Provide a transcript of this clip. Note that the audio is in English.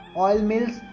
oil mills,